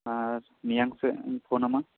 ᱟᱨ ᱢᱮᱭᱟᱝ ᱥᱮᱫ ᱤᱧ ᱯᱷᱳᱱ ᱟᱢᱟ